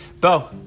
Bo